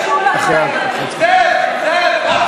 התשע"ד 2014,